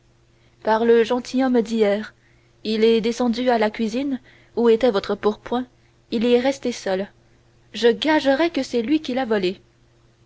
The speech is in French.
par le gentilhomme d'hier il est descendu à la cuisine où était votre pourpoint il y est resté seul je gagerais que c'est lui qui l'a volée